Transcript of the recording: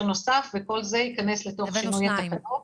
נוסף וכל זה ייכנס לתוך הבאנו שניים.